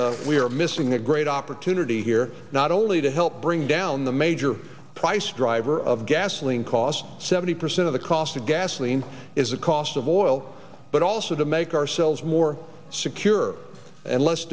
like we are missing a great opportunity here not only to help bring down the major price driver of gasoline costs seventy percent of the cost of gasoline is the cost of oil but also to make ourselves more secure and less